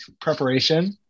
preparation